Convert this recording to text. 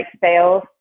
sales